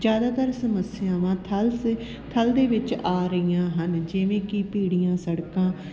ਜ਼ਿਆਦਾਤਰ ਸਮੱਸਿਆਵਾਂ ਥਲ ਸੇ ਥਲ ਦੇ ਵਿੱਚ ਆ ਰਹੀਆਂ ਹਨ ਜਿਵੇਂ ਕਿ ਭੀੜੀਆਂ ਸੜਕਾਂ